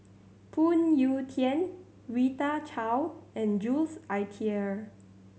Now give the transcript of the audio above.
Phoon Yew Tien Rita Chao and Jules Itier